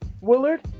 Willard